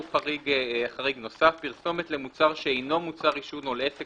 הוא חריג נוסף - פרסומת למוצר שאינו מוצר עישון או לעסק